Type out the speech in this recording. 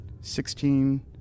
sixteen